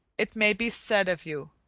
it may be said of you